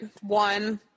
one